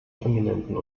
prominenten